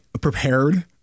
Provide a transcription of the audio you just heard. prepared